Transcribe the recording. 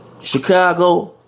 Chicago